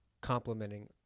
complementing